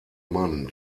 mann